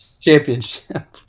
championship